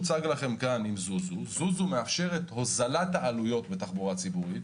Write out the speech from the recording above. זוזו מאפשרת הוזלת העלויות בתחבורה הציבורית